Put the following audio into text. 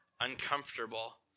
uncomfortable